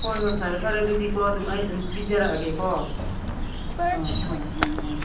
ꯍꯣꯏ ꯍꯣꯏ ꯐꯔꯦ ꯐꯔꯦ ꯑꯗꯨꯗꯤꯀꯣ ꯑꯗꯨꯝ ꯑꯩ ꯑꯗꯨꯝ ꯄꯤꯖꯔꯛꯑꯒꯦꯀꯣ ꯑꯥ ꯍꯣꯏ ꯍꯣꯏ ꯎꯝ